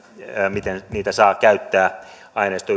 miten niitä saa käyttää aineisto